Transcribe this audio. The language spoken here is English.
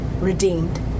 redeemed